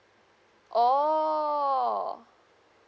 oh